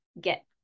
get